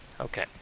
Okay